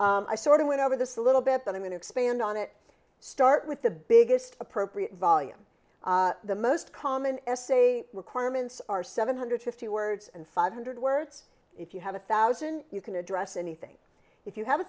i sort of went over this a little bit but i'm going to expand on it start with the biggest appropriate volume the most common essay requirements are seven hundred fifty words and five hundred words if you have a thousand you can address anything if you have a